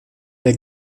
der